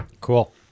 cool